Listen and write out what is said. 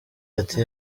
ati